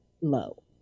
low